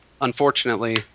unfortunately